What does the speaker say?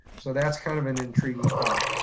so that's kind of an intriguing thought.